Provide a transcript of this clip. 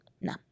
no